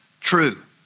true